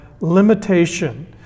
limitation